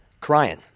crying